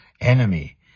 enemy